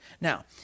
Now